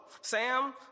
Sam